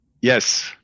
Yes